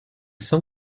cent